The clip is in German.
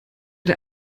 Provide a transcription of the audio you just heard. der